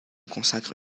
consacre